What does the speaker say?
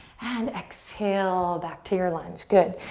and exhale, back to your lunge, good.